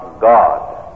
God